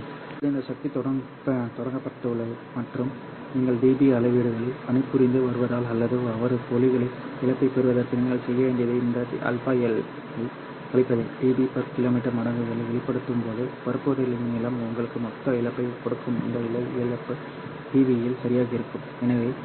இப்போது இந்த சக்தி தொடங்கப்பட்டுள்ளது மற்றும் நீங்கள் db அளவீடுகளில் பணிபுரிந்து வருவதால் அல்லது அவரது புள்ளியில் இழப்பைப் பெறுவதற்கு நீங்கள் செய்ய வேண்டியது இந்த αL ஐக் கழிப்பதே dBkm மடங்குகளில் வெளிப்படுத்தப்படும்போது பரப்புதலின் நீளம் உங்களுக்கு மொத்த இழப்பைக் கொடுக்கும் இந்த இழப்பு dBயில் சரியாக இருக்கும் எனவே இது